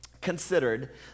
considered